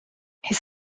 his